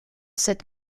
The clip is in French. cette